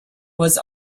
was